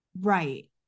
Right